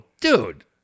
dude